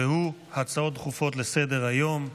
הצעות דחופות לסדר-היום.